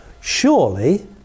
surely